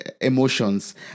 emotions